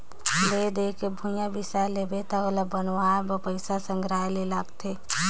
ले दे के भूंइया बिसा लेबे त ओला बनवाए बर पइसा संघराये ले लागथे